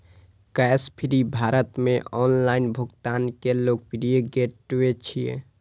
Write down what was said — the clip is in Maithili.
कैशफ्री भारत मे ऑनलाइन भुगतान के लोकप्रिय गेटवे छियै